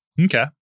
Okay